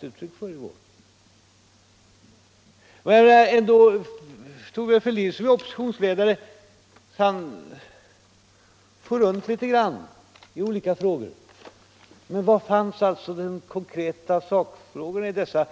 Thorbjörn Fälldin, som är oppositionsledare, for runt litet grann i olika frågor. Men var fanns de konkreta beskeden?